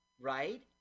Right